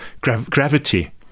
gravity